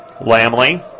Lamley